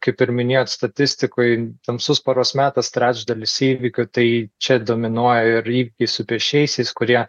kaip ir minėjot statistikoj tamsus paros metas trečdalis įvykių tai čia dominuoja ir į ir su pėsčiaisiais kurie